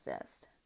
exist